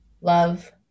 love